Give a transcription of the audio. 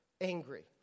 angry